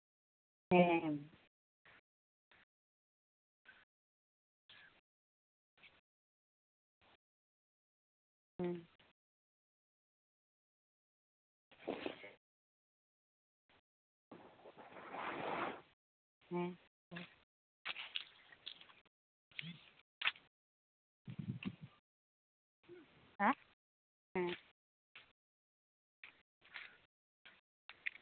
ᱦᱮᱸ ᱦᱮᱸ ᱦᱮᱸ ᱦᱮᱸ